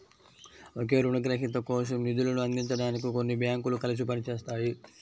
ఒకే రుణగ్రహీత కోసం నిధులను అందించడానికి కొన్ని బ్యాంకులు కలిసి పని చేస్తాయి